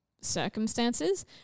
circumstances